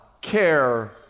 care